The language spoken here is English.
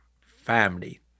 family